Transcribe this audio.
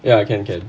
ya can can